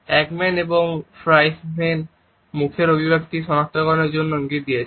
Ekman এবং Friesen মুখের অভিব্যক্তি সনাক্তকরণের জন্য ইঙ্গিত দিয়েছেন